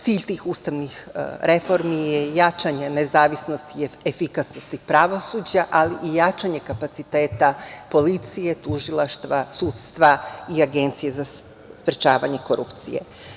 Cilj tih ustavnih reformi je jačanje nezavisnosti i efikasnosti pravosuđa, ali i jačanje kapaciteta policije, tužilaštva, sudstva i Agencije za sprečavanje korupcije.